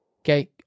Okay